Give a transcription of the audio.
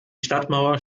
stadtmauer